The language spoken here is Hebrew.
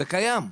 זה קיים.